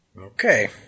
Okay